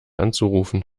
anzurufen